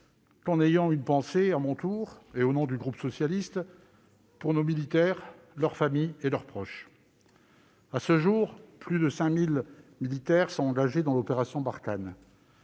intervention sans avoir à mon tour, au nom du groupe socialiste, une pensée pour nos militaires, leurs familles et leurs proches. À ce jour, plus de 5 000 militaires sont engagés dans l'opération Barkhane.